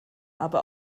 aber